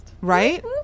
Right